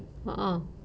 ah ah